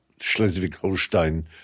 Schleswig-Holstein